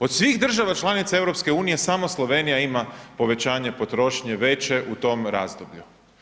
Od svih država članica EU samo Slovenija ima povećanje potrošnje veće u tom razdoblju.